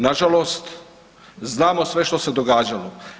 Nažalost znamo sve što se događalo.